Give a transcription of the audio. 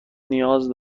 نیاز